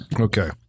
Okay